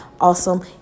awesome